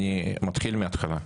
אני מתחיל מהתחלה.